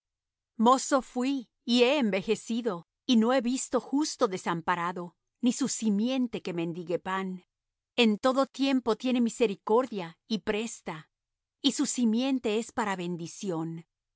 mano mozo fuí y he envejecido y no he visto justo desamparado ni su simiente que mendigue pan en todo tiempo tiene misericordia y presta y su simiente es para bendición